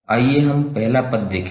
आइए हम पहला पद देखें